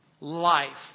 Life